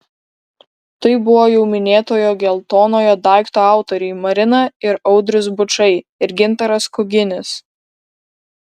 tai buvo jau minėtojo geltonojo daikto autoriai marina ir audrius bučai ir gintaras kuginis